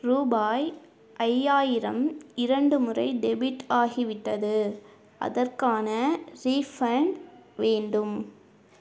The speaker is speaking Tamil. ரூபாய் ஐயாயிரம் இரண்டு முறை டெபிட் ஆகிவிட்டது அதற்கான ரீஃபண்ட் வேண்டும்